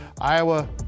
Iowa